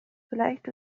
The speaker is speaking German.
vielleicht